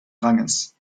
ranges